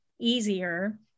easier